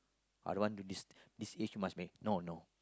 I don't want to this this age must marry no no